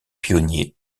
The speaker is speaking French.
pionnier